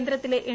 കേന്ദ്രത്തിലെ എൻ